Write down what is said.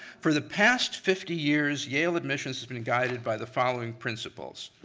for the past fifty years, yale admissions has been guided by the following principles,